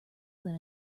than